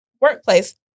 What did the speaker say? workplace